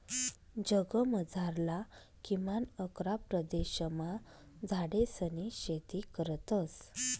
जगमझारला किमान अकरा प्रदेशमा झाडेसनी शेती करतस